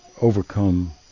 overcome